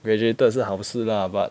graduated 是好事 lah but